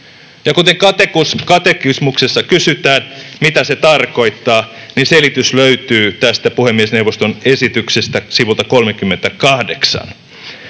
kuten katekismuksessa kysytään, että mitä se tarkoittaa, niin selitys löytyy tästä puhemiesneuvoston esityksestä sivulta 38: